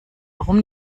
warum